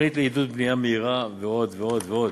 תוכנית לעידוד בנייה מהירה ועוד ועוד ועוד.